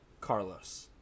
Carlos